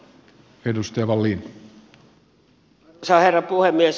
arvoisa herra puhemies